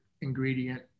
ingredient